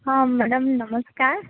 ହଁ ମ୍ୟାଡ଼ାମ୍ ନମସ୍କାର